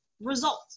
result